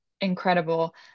incredible